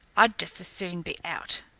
i'd just as soon be out,